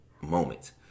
moment